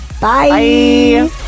Bye